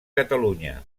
catalunya